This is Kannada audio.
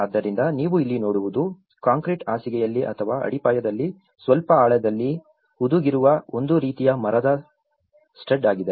ಆದ್ದರಿಂದ ನೀವು ಇಲ್ಲಿ ನೋಡುವುದು ಕಾಂಕ್ರೀಟ್ ಹಾಸಿಗೆಯಲ್ಲಿ ಅಥವಾ ಅಡಿಪಾಯದಲ್ಲಿ ಸ್ವಲ್ಪ ಆಳದಲ್ಲಿ ಹುದುಗಿರುವ ಒಂದು ರೀತಿಯ ಮರದ ಸ್ಟಡ್ ಆಗಿದೆ